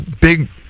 big